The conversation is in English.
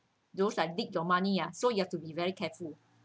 those like dig your money ah so you have to be very careful